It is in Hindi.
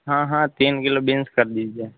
हाँ हाँ तीन किलो बीन्स कर दीजिए